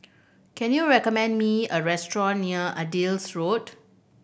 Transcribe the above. can you recommend me a restaurant near Adis Road